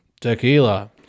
Tequila